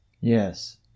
Yes